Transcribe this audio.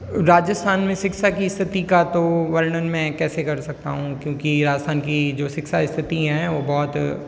राजस्थान में शिक्षा की स्थिति का तो वर्णन मैं कैसे कर सकता हूँ क्योंकि राजस्थान की जो शिक्षा स्थिति हैं वो बहुत